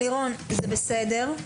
זה בסדר.